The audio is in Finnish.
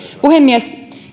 puhemies